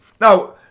Now